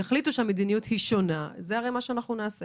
יחליטו שהמדיניות היא שונה, זה מה שנעשה.